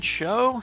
show